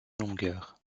longueur